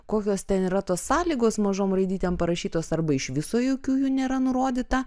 kokios ten yra tos sąlygos mažom raidytėm parašytos arba iš viso jokių jų nėra nurodyta